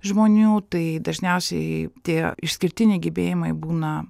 žmonių tai dažniausiai tie išskirtiniai gebėjimai būna